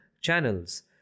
channels